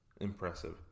impressive